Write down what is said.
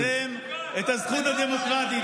להגביל ולצמצם את הזכות הדמוקרטית.